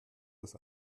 das